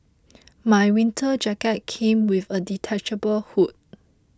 my winter jacket came with a detachable hood